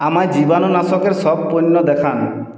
আমায় জীবাণুনাশকের সব পণ্য দেখান